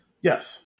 Yes